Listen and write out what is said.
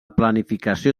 planificació